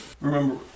Remember